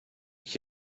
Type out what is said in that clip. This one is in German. ich